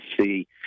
see